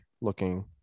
looking